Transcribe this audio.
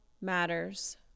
matters